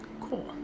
cool